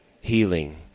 healing